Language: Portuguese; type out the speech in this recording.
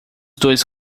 dois